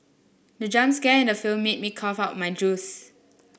the jump scare in the film made me cough out my juice